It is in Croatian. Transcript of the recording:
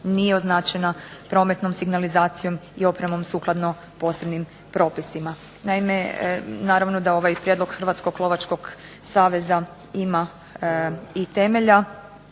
nije označena prometnom signalizacijom i opremom sukladno posebnim propisima. Naime naravno da ovaj prijedlog Hrvatskog lovačkog saveza ima i temelja,